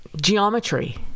Geometry